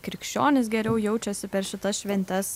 krikščionys geriau jaučiasi per šitas šventes